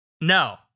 No